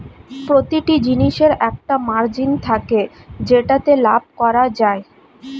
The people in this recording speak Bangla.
প্রতিটি জিনিসের একটা মার্জিন থাকে যেটাতে লাভ করা যায়